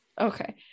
Okay